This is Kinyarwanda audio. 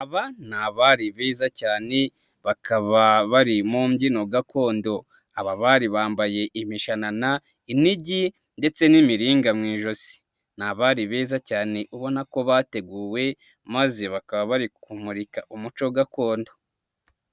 Aba ni abari beza cyane, bakaba bari mu mbyino gakondo, aba bari bambaye imishanana, inigi ndetse n'imiringa mu' ijosi, ni abari beza cyane ubona ko bateguwe, maze bakaba bari kumurika umuco gakondo.